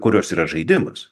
kurios yra žaidimas